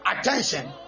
attention